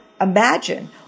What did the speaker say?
imagine